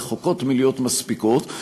רחוקות מלהיות מספיקות,